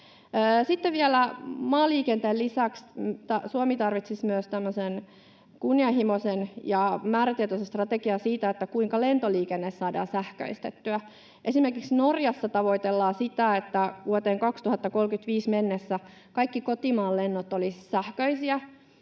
Sitten vielä, maaliikenteen lisäksi Suomi tarvitsisi kunnianhimoisen ja määrätietoisen strategian myös siitä, kuinka lentoliikenne saadaan sähköistettyä. Esimerkiksi Norjassa tavoitellaan sitä, että vuoteen 2035 mennessä kaikki kotimaan lennot olisivat sähköisiä,